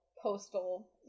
Postal